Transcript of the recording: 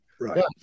right